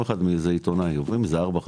אחד מאיזה עיתונאי עוברים איזה ארבע,